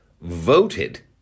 voted